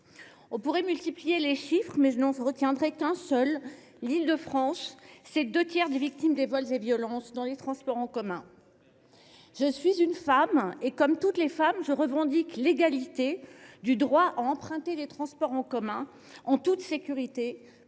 On pourrait multiplier les chiffres, mais je n’en retiendrai qu’un : à elle seule, l’Île de France représente deux tiers des victimes des vols et violences dans les transports en commun. Je suis une femme et comme toutes les femmes je revendique l’égalité du droit à emprunter les transports en commun en toute sécurité